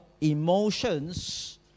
emotions